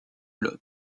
lot